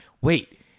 Wait